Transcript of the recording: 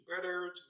better